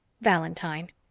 Valentine